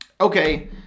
Okay